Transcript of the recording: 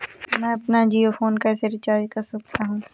मैं अपना जियो फोन कैसे रिचार्ज कर सकता हूँ?